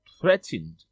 threatened